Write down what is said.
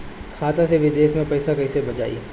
खाता से विदेश मे पैसा कईसे जाई?